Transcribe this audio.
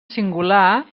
singular